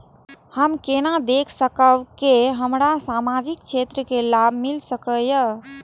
हम केना देख सकब के हमरा सामाजिक क्षेत्र के लाभ मिल सकैये?